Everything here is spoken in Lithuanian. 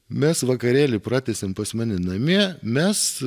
mes vakarėlį pratęsėm pas mane namie mes